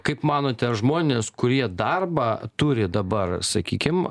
kaip manote ar žmonės kurie darbą turi dabar sakykim